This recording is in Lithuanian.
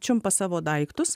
čiumpa savo daiktus